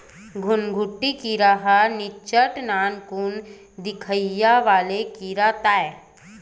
घुनघुटी कीरा ह निच्चट नानकुन दिखइया वाले कीरा ताय